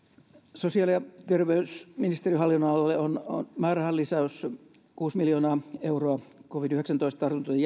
sosiaali ja terveysministeriön hallinnonalalle on on määrärahalisäys kuusi miljoonaa euroa covid yhdeksäntoista tartuntojen